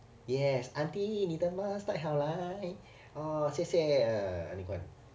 yes aunty 你的 mask 戴好来啊谢谢 ah ni kuan